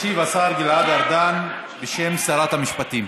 ישיב השר גלעד ארדן, בשם שרת המשפטים.